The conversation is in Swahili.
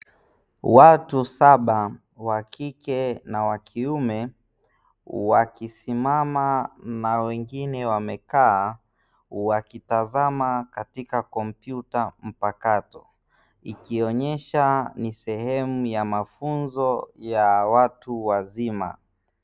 Watu saba wa kike na wa kiume, wakisimama na wengine wamekaa, wakitazama katika kompyuta mpakato, ikionyesha ni sehemu ya mafunzo ya watu wazima.